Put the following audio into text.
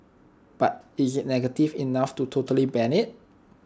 but is IT negative enough to totally ban IT